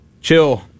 Chill